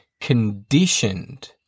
conditioned